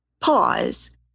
pause